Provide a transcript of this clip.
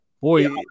Boy